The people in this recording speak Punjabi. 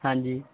ਹਾਂਜੀ